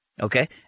Okay